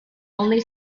only